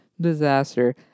Disaster